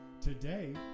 today